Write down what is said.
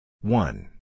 One